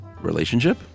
Relationship